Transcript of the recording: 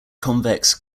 convex